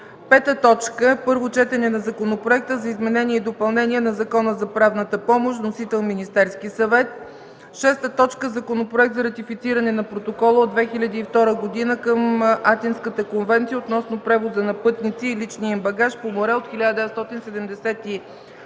2012 г. 5. Първо четене на Законопроекта за изменение и допълнение на Закона за правната помощ. Вносител – Министерският съвет. 6. Законопроект за ратифициране на Протокола от 2002 г. към Атинската конвенция относно превоза на пътници и личния им багаж по море от 1974 г.